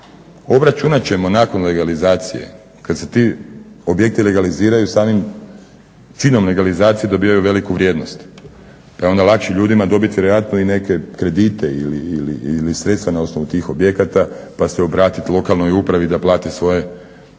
obračunat ćemo nakon legalizacije kad se ti objekti legaliziraju samim činom legalizacije dobivaju veliku vrijednost pa je onda lakše ljudima dobiti vjerojatno i neke kredite ili sredstva na osnovu tih objekata pa se obratiti lokalnoj upravi da plate svoje